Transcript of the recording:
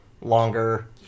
longer